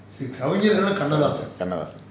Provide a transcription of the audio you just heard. kannadhasan